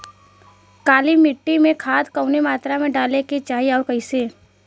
काली मिट्टी में खाद कवने मात्रा में डाले के चाही अउर कइसे?